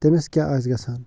تٔمِس کیٛاہ آسہِ گَژھان